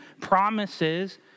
promises